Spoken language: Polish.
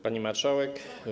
Pani Marszałek!